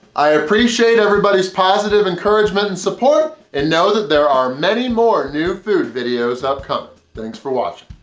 i appreciate everybody's positive encouragement and support, and know that there are many more new food videos upcoming. thanks for watching.